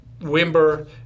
Wimber